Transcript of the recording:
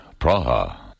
Praha